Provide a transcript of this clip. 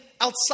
outside